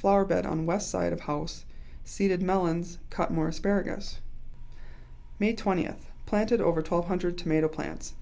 flower bed on west side of house seeded melons cut more asparagus may twentieth planted over top hundred tomato plants